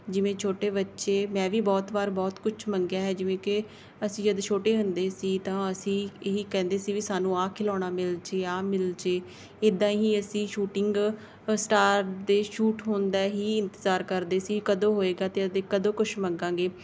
ਜਿਵੇਂ ਛੋਟੇ ਬੱਚੇ ਮੈਂ ਵੀ ਬਹੁਤ ਵਾਰ ਬਹੁਤ ਕੁਛ ਮੰਗਿਆ ਹੈ ਜਿਵੇਂ ਕਿ ਅਸੀਂ ਜਦੋਂ ਛੋਟੇ ਹੁੰਦੇ ਸੀ ਤਾਂ ਅਸੀਂ ਇਹ ਹੀ ਕਹਿੰਦੇ ਸੀ ਵੀ ਸਾਨੂੰ ਆਹ ਖਿਡੌਣਾ ਮਿਲ ਜਾਵੇ ਆਹ ਮਿਲ ਜਾਵੇ ਇੱਦਾਂ ਹੀ ਅਸੀਂ ਸ਼ੂਟਿੰਗ ਸਟਾਰ ਦੇ ਸ਼ੂਟ ਹੁੰਦਾ ਹੀ ਇੰਤਜ਼ਾਰ ਕਰਦੇ ਸੀ ਕਦੋਂ ਹੋਵੇਗਾ ਤੇ ਅਤੇ ਕਦੋਂ ਕੁਛ ਮੰਗਾਂਗੇ